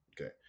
Okay